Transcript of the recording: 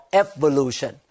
evolution